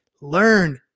Learn